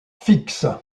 fixe